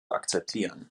akzeptieren